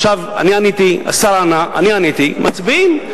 עכשיו, אני עניתי, השר ענה, אני עניתי, מצביעים.